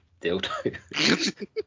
dildo